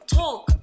talk